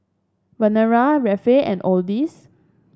Verena Rafe and Odis